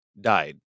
died